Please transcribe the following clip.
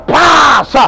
pass